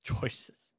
Choices